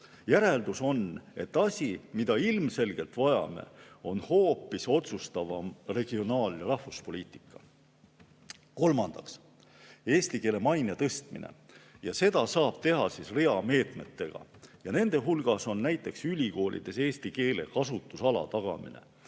Järeldus on, et asi, mida me ilmselgelt vajame, on hoopis otsustavam regionaal‑ ja rahvuspoliitika. Kolmandaks, eesti keele maine tõstmine. Seda saab teha rea meetmetega. Nende hulgas on näiteks ülikoolides eesti keele kasutusala tagamine.